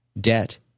debt